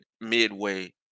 midway